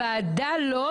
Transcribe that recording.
הוועדה לא,